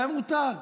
להם מותר.